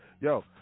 Yo